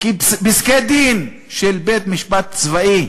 כי פסקי-דין של בית-משפט צבאי